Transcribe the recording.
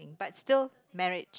but still marriage